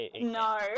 no